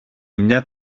μια